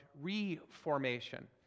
Reformation